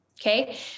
Okay